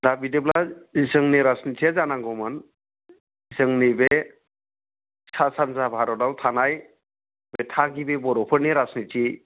दा बिदिब्ला जोंनि राजनितिया जानांगौमोन जोंनि बे सा सानजा भारताव थानाय बे थागिबि बर'फोरनि राजनिति